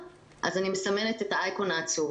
אז אני מסמנת את האייקון העצוב,